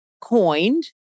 coined